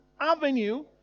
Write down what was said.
avenue